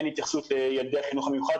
אין התייחסות לילדי החינוך המיוחד,